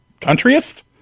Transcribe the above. Countryist